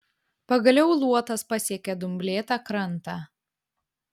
pagaliau luotas pasiekė dumblėtą krantą